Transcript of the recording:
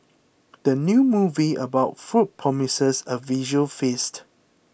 the new movie about food promises a visual feast